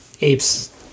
apes